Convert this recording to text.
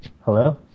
Hello